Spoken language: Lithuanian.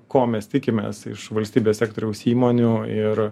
ko mes tikimės iš valstybės sektoriaus įmonių ir